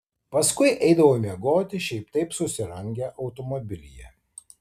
paskui eidavo miegoti šiaip taip susirangę automobilyje